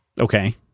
Okay